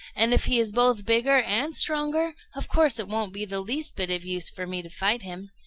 and if he is both bigger and stronger, of course it won't be the least bit of use for me to fight him.